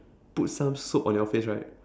put some soap on your face right